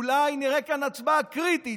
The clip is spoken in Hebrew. אולי נראה כאן הצבעה קריטית,